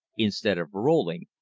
instead of rolling,